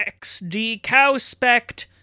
xdcowspect